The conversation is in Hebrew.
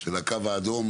של "הקו האדום"